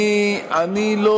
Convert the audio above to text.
אני לא